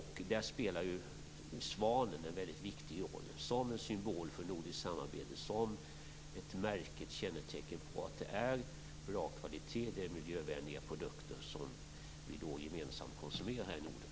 Här spelar svanen en väldigt viktig roll - som en symbol för nordiskt samarbete, som ett kännetecken på att det är bra kvalitet och miljövänliga produkter som vi gemensamt konsumerar här i Norden.